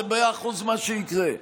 זה מאה אחוז מה שיקרה.